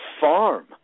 farm